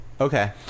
Okay